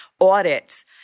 audits